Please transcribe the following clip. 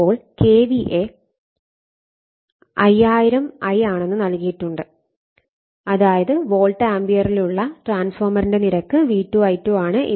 അപ്പോൾ KVA 5000 I ആണെന്ന് നൽകിയിട്ടുണ്ട് അതായത് വോൾട്ട് ആംപിയറിലുള്ള ട്രാൻസ്ഫോർമറിന്റെ നിരക്ക് V2 I2 ആണ്